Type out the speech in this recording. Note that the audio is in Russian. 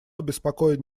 обеспокоен